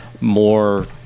more